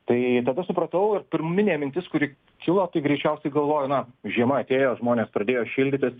tai tada supratau ir pirminė mintis kuri kilo tai greičiausiai galvoju na žiema atėjo žmonės pradėjo šildytis